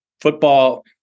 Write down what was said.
football